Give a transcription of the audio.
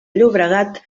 llobregat